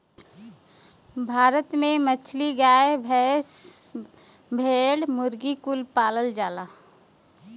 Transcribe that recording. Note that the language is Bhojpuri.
भारत में मछली, गाय, भेड़, भैंस, मुर्गी कुल पालल जाला